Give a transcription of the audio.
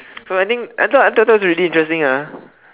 so I think I thought I thought thought that was really interesting ah